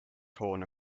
hoone